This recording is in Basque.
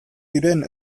diren